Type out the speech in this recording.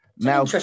Now